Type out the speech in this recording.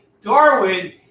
Darwin